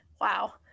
wow